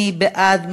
מי בעד?